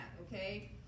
okay